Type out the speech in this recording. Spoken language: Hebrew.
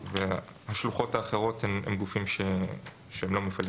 והשלוחות האחרות הן גופים שהם לא מפעלים